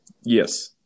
Yes